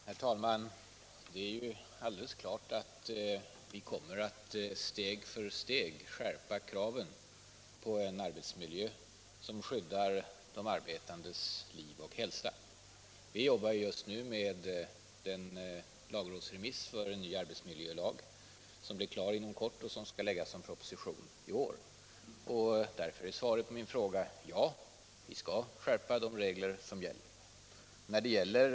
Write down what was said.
Herr talman! Det är alldeles klart att vi kommer att steg för steg skärpa kraven på en arbetsmiljö som skyddar de arbetandes liv och hälsa. Vi jobbar just nu med lagrådsremissen för en ny arbetsmiljölag som blir klar inom kort och som skall läggas fram som proposition i år. Därför är svaret på frågan till mig: Ja, vi skall skärpa de regler som gäller.